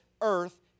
earth